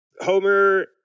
Homer